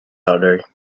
other